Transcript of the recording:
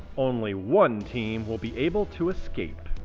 only one team will be able to escape.